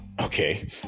okay